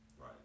Right